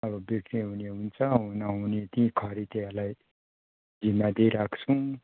अब बिक्री हुने हुन्छ नहुने त्यहीँ खरिदेहरूलाई जिम्मा दिइराख्छौँ